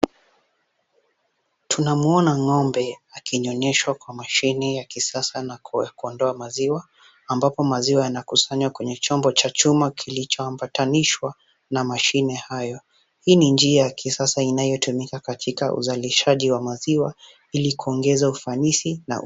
Tunamuona ng'ombe akinyonyeshwa kwa mashini ya kisasa na kuondoa maziwa, ambapo maziwa yanakusanywa kwenye chombo cha chuma kilichoambatanishwa na mashine hayo. Hii ni njia ya kisasa inayotumika katika uzalishaji wa maziwa ili kuongeza ufanisi.